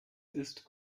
ist